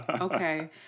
Okay